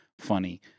funny